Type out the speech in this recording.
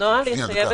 יש לי הצעה.